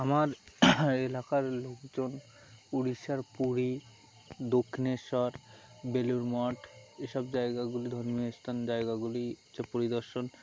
আমার এলাকার লোকজন উড়িষ্যার পুরী দক্ষিণেশ্বর বেলুড় মঠ এসব জায়গাগুলি ধর্মীয় স্থান জায়গাগুলি হচ্ছে পরিদর্শন